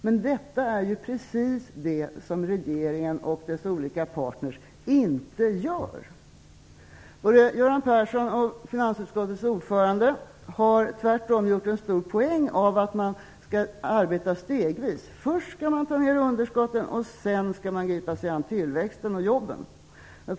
Men detta är precis det som regeringen och dess olika partner inte gör. Både Göran Persson och finansutskottets ordförande har tvärtom gjort en stor poäng av att man skall arbeta stegvis. Först skall man ta ner underskotten och sedan skall man gripa sig an tillväxten och jobben.